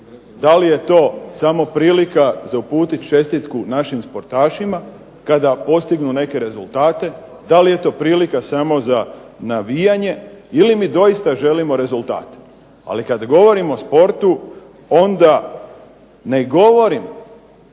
Da li je to samo prilika za uputiti čestitku našim sportašima kada postignu neke rezultate? Da li je to samo prilika za navijanje ili mi doista želimo rezultat? Ali kad govorim o sportu onda ne govorim